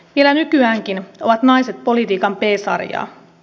vielä nykyäänkin ovat naiset politiikan b sarjaa